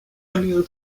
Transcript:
junior